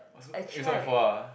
was it's not my fault ah